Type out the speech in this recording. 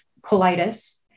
colitis